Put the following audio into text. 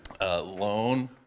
loan